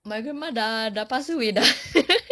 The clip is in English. my grandpa sudah sudah pass away sudah